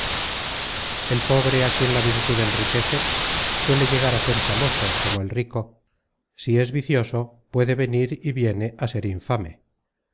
el pobre á quien la virtud enriquece suele llegar á ser famoso como el rico si es vicioso puede venir y viene á ser infame